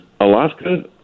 Alaska